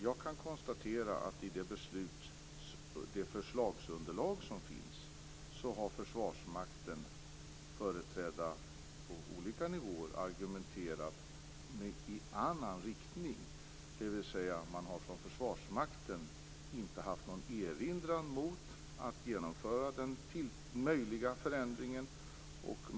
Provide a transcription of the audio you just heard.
Jag kan konstatera att Försvarsmakten, företrädd på olika nivåer, i det förslagsunderlag som finns har argumenterat i annan riktning, dvs. att man från Försvarsmakten inte har haft någon erinran mot att genomföra den möjliga förändringen.